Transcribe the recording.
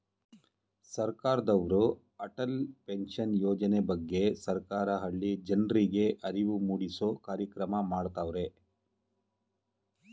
ಸರ್ಕಾರದವ್ರು ಅಟಲ್ ಪೆನ್ಷನ್ ಯೋಜನೆ ಬಗ್ಗೆ ಸರ್ಕಾರ ಹಳ್ಳಿ ಜನರ್ರಿಗೆ ಅರಿವು ಮೂಡಿಸೂ ಕಾರ್ಯಕ್ರಮ ಮಾಡತವ್ರೆ